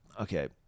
Okay